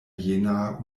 jenaer